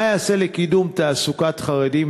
3. מה ייעשה לקידום תעסוקת חרדים?